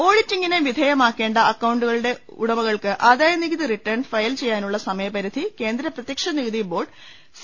ഓഡിറ്റിങ്ങിന് വിധേയമാക്കേണ്ട അക്കൌണ്ടുകളുടെ ഉടമകൾക്ക് ആദായനികുതി റിട്ടേൺ ഫയൽ ചെയ്യാനുള്ള സമയപരിധി കേന്ദ്ര പ്രതൃക്ഷനികുതി ബോർഡ് സി